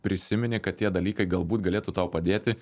prisimeni kad tie dalykai galbūt galėtų tau padėti